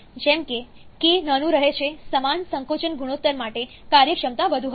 જેમ કે k નાનું રહે છે સમાન સંકોચન ગુણોત્તર માટે કાર્યક્ષમતા વધુ હશે